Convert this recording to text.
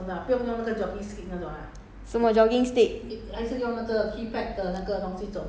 maybe it's bigger then like better can see wider you know